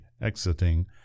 exiting